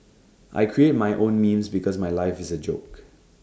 I create my own memes because my life is A joke